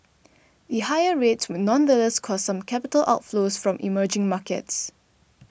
the higher rates would nonetheless cause some capital outflows from emerging markets